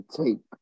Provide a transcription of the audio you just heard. take